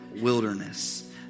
wilderness